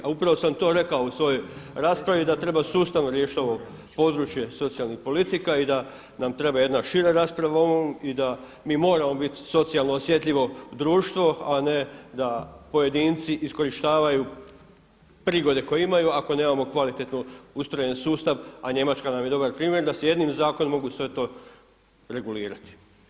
A upravo sam to rekao u svojoj raspravi da treba sustavno riješiti ovo područje socijalnih politika i da nam treba jedna šira rasprava o ovom i da mi moramo biti socijalno osjetljivo društvo, a ne da pojedinci iskorištavaju prigode koje imaju ako nemamo kvalitetno ustrojen sustav a Njemačka nam je dobar primjer, da se jednim zakonom mogu sve to regulirati.